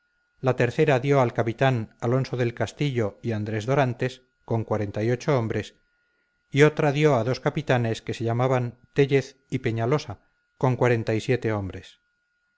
la tercera dio al capitán alonso del castillo y andrés dorantes con cuarenta y ocho hombres y otra dio a dos capitanes que se llamaban téllez y peñalosa con cuarenta y siete hombres